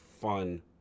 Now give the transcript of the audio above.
fun